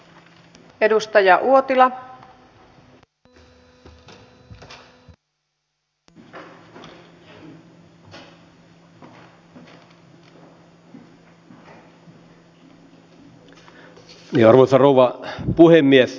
arvoisa rouva puhemies